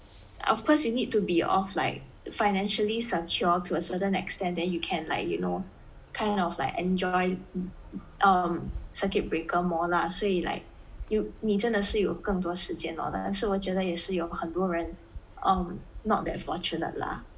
of course you need to be of like financially secure to a certain extent then you can like you know kind of like enjoy um circuit breaker more lah 所以 like you 你真的是有更多时间 lor 但是我觉得也是有很多人 um not that fortunate lah